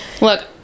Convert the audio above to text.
Look